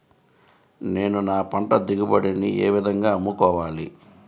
నేను నా పంట దిగుబడిని ఏ విధంగా అమ్ముకోవాలి?